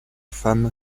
femme